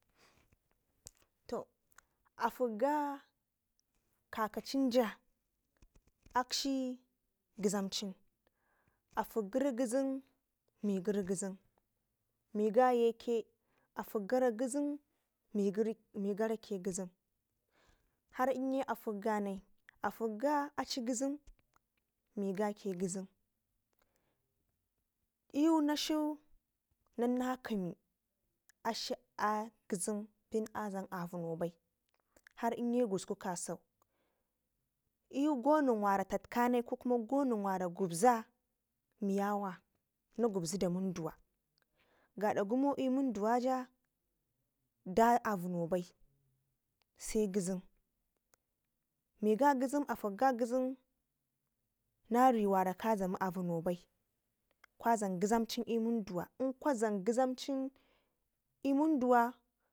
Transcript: To afukga kakancinja akshi ngizamcin afukgiri ngizem miigari Ngizim, migayeke ngizem afuk gəri ngizem, mii garake ngizem har inye afuk ganai, afuk ga acii ngizem miigake ngizem iyu na dlau nan naƙemi akshi a ngizem a dlam a punoba i har inye kusku kasau iyu gonen wara tatka nai kokuma gonen wara gubza miyawa na gubze da munduwa gada gumo i'munduwaja da apuno bai sai ngizem miiga ngizem afukga ngizem nariwara ka dlam apino bai kwam ngizamcin i'munduw